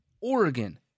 Oregon